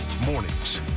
mornings